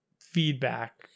feedback